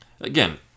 Again